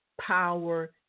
power